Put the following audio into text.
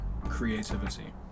Creativity